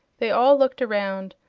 they all looked around,